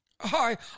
Hi